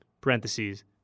parentheses